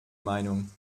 meinung